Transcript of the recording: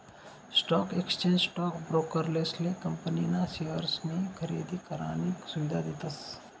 stock exchange stock ब्रोकरेसले company ना शेअर्सनी खरेदी करानी सुविधा देतस